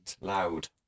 loud